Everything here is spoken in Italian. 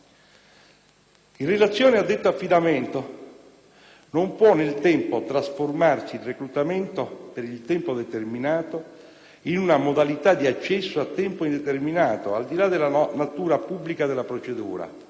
In relazione a detto affidamento non può, nel tempo, trasformarsi il reclutamento per il tempo determinato in una modalità di accesso a tempo indeterminato, al di là della natura pubblica della procedura.